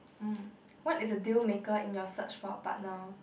mm what is a deal maker in your search in a partner